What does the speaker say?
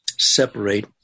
separate